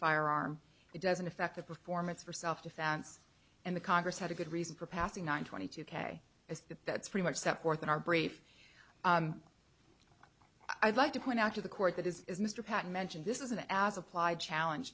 firearm it doesn't affect the performance for self defense and the congress had a good reason for passing on twenty two k as that's pretty much set forth in our brief i'd like to point out to the court that is mr patten mentioned this is an as applied challenge